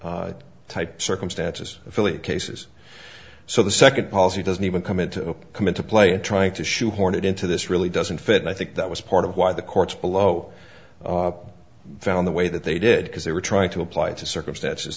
affiliate type circumstances affiliate cases so the second policy doesn't even come into come into play and trying to shoehorn it into this really doesn't fit and i think that was part of why the courts below found the way that they did because they were trying to apply to circumstances